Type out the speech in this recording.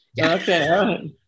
Okay